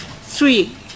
Three